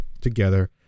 together